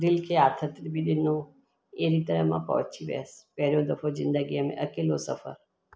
दिलि खे आथत बि डिनो अहिड़ी तरह मां पहुची वियसि पहिरियों दफ़ो जिंदगी में अकेलो सफ़रु